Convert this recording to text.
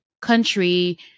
country